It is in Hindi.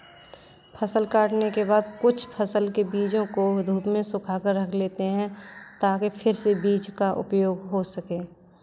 फसल काटने के बाद कुछ फसल के बीजों को धूप में सुखाकर रख लेते हैं ताकि फिर से बीज का उपयोग हो सकें